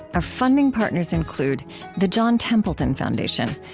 our funding partners include the john templeton foundation.